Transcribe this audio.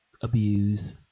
abuse